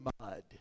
mud